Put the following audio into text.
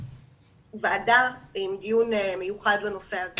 ועדה לדיון מיוחד בנושא הזה.